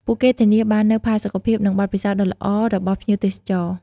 ពួកគេធានាបាននូវផាសុកភាព និងបទពិសោធន៍ដ៏ល្អរបស់ភ្ញៀវទេសចរ។